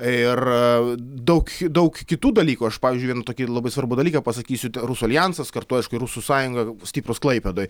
ir daug daug kitų dalykų aš pavyzdžiui vieną tokį labai svarbų dalyką pasakysiu rusų aljansas kartu aišku ir rusų sąjunga stiprūs klaipėdoj